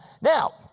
Now